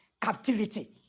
captivity